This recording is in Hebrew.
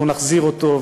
אנחנו נחזיר אותו,